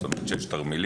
זאת אומרת שיש תרמילים,